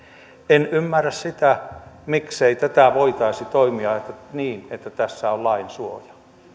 en ymmärrä miksei tässä voitaisi toimia niin että tässä on lain suoja